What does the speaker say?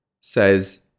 says